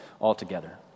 altogether